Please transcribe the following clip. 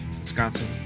Wisconsin